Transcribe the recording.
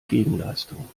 gegenleistung